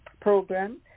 program